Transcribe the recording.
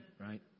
Right